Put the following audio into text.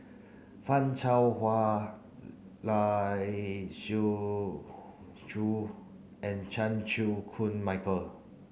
Fan Shao Hua Lai Siu Chiu and Chan Chew Koon Michael